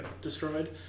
destroyed